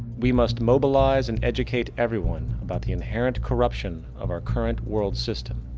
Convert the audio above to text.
we must mobilize and educate everyone about the inherent corruption of our current world system,